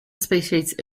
species